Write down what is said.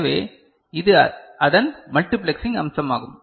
எனவே இது அதன் மல்டிபிளெக்சிங் அம்சமாகும்